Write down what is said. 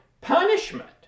punishment